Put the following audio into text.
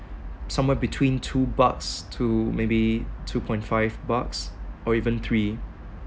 somewhere between two bucks to maybe two point five bucks or even three